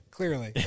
Clearly